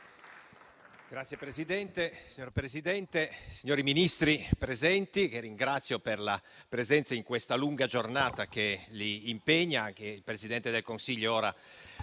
MALAN *(FdI)*. Signor Presidente, signori Ministri presenti, vi ringrazio per la presenza in questa lunga giornata che vi impegna. Il Presidente del Consiglio ora è